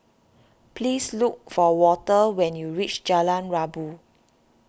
please look for Walter when you reach Jalan Rabu